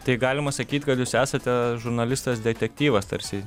tai galima sakyt kad jūs esate žurnalistas detektyvas tarsi